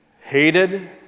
hated